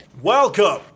Welcome